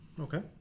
Okay